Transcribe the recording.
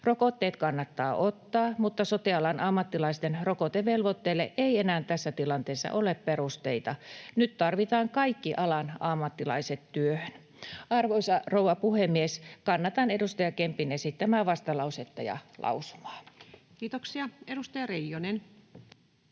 Rokotteet kannattaa ottaa, mutta sote-alan ammattilaisten rokotevelvoitteille ei enää tässä tilanteessa ole perusteita. Nyt tarvitaan kaikki alan ammattilaiset työhön. Arvoisa rouva puhemies! Kannatan edustaja Kempin esittämää vastalausetta ja lausumaa. [Speech 121] Speaker: